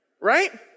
Right